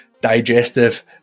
digestive